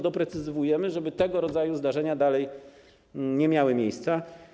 Doprecyzowujemy to, żeby tego rodzaju zdarzenia dalej nie miały miejsca.